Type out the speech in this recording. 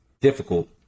difficult